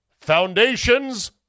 Foundations